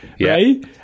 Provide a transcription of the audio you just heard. Right